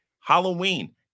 Halloween